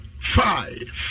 five